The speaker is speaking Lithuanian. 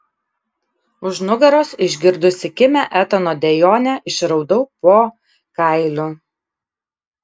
už nugaros išgirdusi kimią etano dejonę išraudau po kailiu